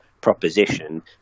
proposition